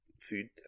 food